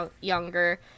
younger